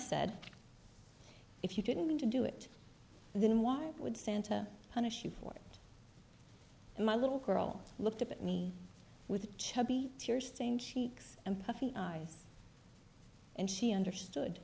said if you didn't mean to do it then why would santa punish you for my little girl looked up at me with chubby tears same cheeks and puffy eyes and she understood